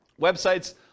websites